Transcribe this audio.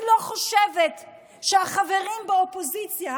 אני לא חושבת שהחברים באופוזיציה,